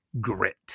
Grit